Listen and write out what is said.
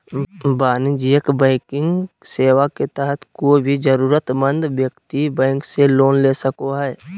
वाणिज्यिक बैंकिंग सेवा के तहत कोय भी जरूरतमंद व्यक्ति बैंक से लोन ले सको हय